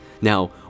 Now